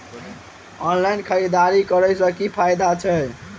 Online खरीददारी करै केँ की फायदा छै?